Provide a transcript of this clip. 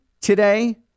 today